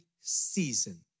season